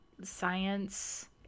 science